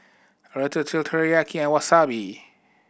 Ratatouille Teriyaki and Wasabi